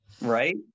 right